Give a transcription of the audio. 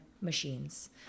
machines